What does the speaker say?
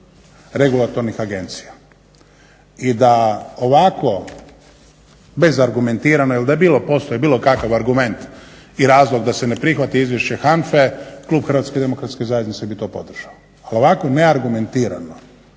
i da ovakvo bez argumentirano i da postoji bilo kakav argument i razlog da se ne prihvati Izvješće HANFA-e Klub Hrvatske demokratske zajednice bi to podržao. Ovako neargumentirano